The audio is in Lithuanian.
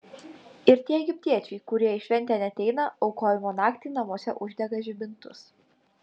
ir tie egiptiečiai kurie į šventę neateina aukojimo naktį namuose uždega žibintus